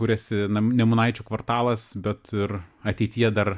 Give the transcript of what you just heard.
kuriasi nam nemunaičių kvartalas bet ir ateityje dar